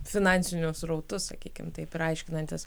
finansinius srautus sakykim taip ir aiškinantis